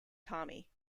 tommy